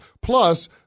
Plus